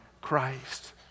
Christ